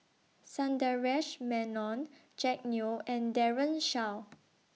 Sundaresh Menon Jack Neo and Daren Shiau